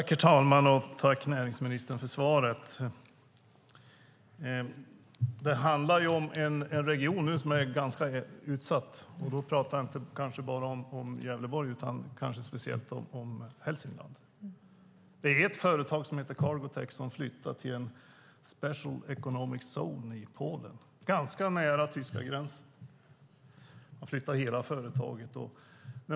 Herr talman! Jag tackar näringsministern för svaret. Detta handlar om en region som är ganska utsatt. Då pratar jag inte bara om Gävleborg som helhet utan kanske speciellt om Hälsingland. Ett företag som heter Cargotec flyttar i sin helhet till en special economic zone i Polen, ganska nära tyska gränsen.